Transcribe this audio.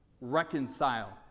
Reconcile